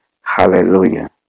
Hallelujah